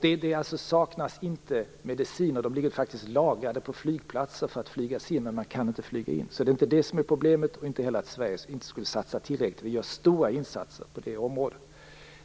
Det saknas inte mediciner. De ligger lagrade på flygplatser för att flygas in, men man kan inte flyga in dem. Det är inte det som är problemet, och inte heller att Sverige inte skulle satsa tillräckligt. Vi gör stora insatser på detta område.